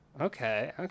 Okay